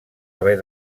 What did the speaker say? haver